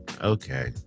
Okay